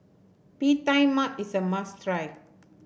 Bee Tai Mak is a must try